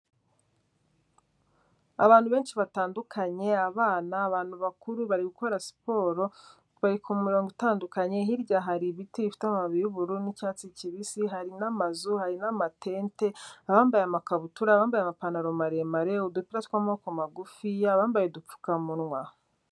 Abantu benshi batandukanye abana, abantu bakuru, bari gukora siporo, bari ku murongo utandukanye, hirya hari ibiti bifite amababi y'ubururu n'icyatsi kibisi, hari n'amazu hari n'amatente, abambaye amakabutura, abambaye amapantaro maremare, udupira tw'amaboko magufiya, abambaye udupfukamunwa.